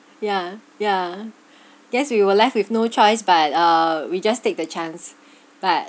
yeah yeah guess we were left with no choice but uh we just take the chance but